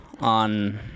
on